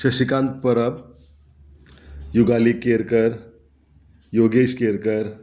Shashikant Parab Yugali Kerkar Yogesh Kerkar